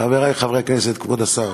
חברי חברי הכנסת, כבוד השר,